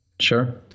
Sure